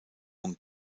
und